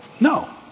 No